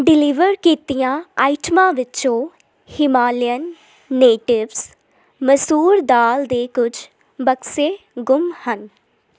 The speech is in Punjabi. ਡਿਲੀਵਰ ਕੀਤੀਆਂ ਆਈਟਮਾਂ ਵਿੱਚੋਂ ਹਿਮਾਲਯਨ ਨੇਟਿਵਸ ਮਸੂਰ ਦਾਲ ਦੇ ਕੁਝ ਬਕਸੇ ਗੁੰਮ ਹਨ